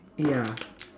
ya